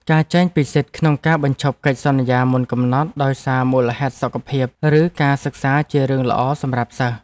ការចែងពីសិទ្ធិក្នុងការបញ្ឈប់កិច្ចសន្យាមុនកំណត់ដោយសារមូលហេតុសុខភាព ឬការសិក្សាជារឿងល្អសម្រាប់សិស្ស។